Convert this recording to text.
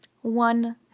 one